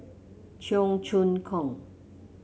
Cheong Choong Kong